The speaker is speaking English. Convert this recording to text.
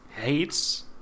hates